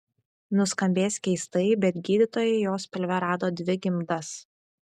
nuskambės keistai bet gydytojai jos pilve rado dvi gimdas